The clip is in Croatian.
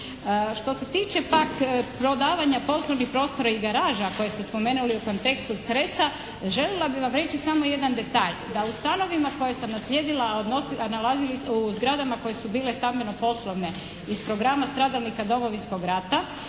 Što se tiče pak prodavanja poslovnih prostora i garaža, a koje ste spomenuli u kontekstu Cresa, željela bih vam reći samo jedan detalj, da u stanovima koje sam naslijedila u zgradama koje su bile stambeno poslovne iz programa stradalnika Domovinskog rata,